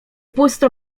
pusto